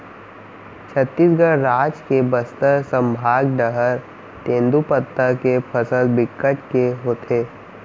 छत्तीसगढ़ राज के बस्तर संभाग डहर तेंदूपत्ता के फसल बिकट के होथे